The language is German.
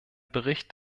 bericht